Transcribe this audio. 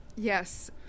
Yes